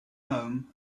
home